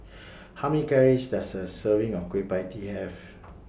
How Many Calories Does A Serving of Kueh PIE Tee Have